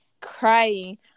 crying